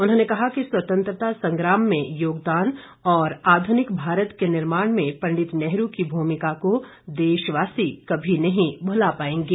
उन्होंने कहा कि स्वतंत्रता संग्राम में योगदान और आधुनिक भारत के निर्माण में पंडित नेहरू की भूमिका को देशवासी कभी नहीं भूला पाएंगे